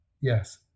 Yes